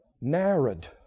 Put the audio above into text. Narrowed